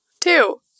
Two